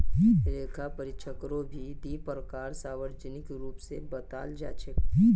लेखा परीक्षकेरो भी दी प्रकार सार्वजनिक रूप स बताल जा छेक